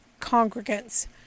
congregants